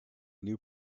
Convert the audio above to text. new